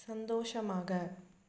சந்தோஷமாக